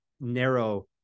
narrow